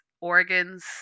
organs